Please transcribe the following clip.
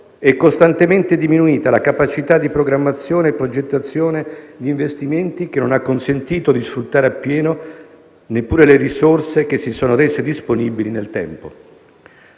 è costantemente diminuita la capacità di programmazione e progettazione degli investimenti, che non ha consentito di sfruttare a pieno neppure le risorse che si sono rese disponibili nel tempo.